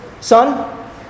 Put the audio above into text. son